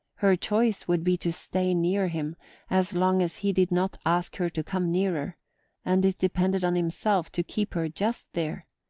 her choice would be to stay near him as long as he did not ask her to come nearer and it depended on himself to keep her just there,